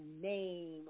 name